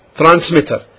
transmitter